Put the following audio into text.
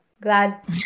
Glad